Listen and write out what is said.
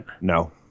No